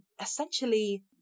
essentially